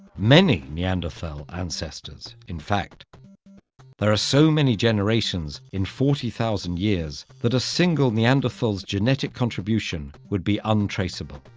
many neanderthal ancestors, in fact there are so many generations in forty thousand years that a single neanderthal's genetic contribution would be untraceable.